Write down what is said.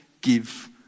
give